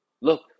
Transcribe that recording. Look